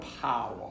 power